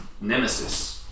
nemesis